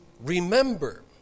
remember